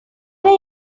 were